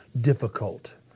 difficult